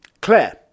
Claire